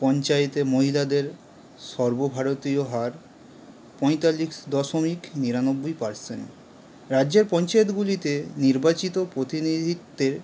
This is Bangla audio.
পঞ্চায়েতে মহিলাদের সর্বভারতীয় হার পঁয়তাল্লিশ দশমিক নিরানব্বই পারসেন্ট রাজ্যের পঞ্চায়েতগুলিতে নির্বাচিত প্রতিনিধিত্বের